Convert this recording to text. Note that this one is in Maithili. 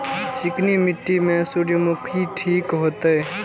चिकनी मिट्टी में सूर्यमुखी ठीक होते?